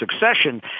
succession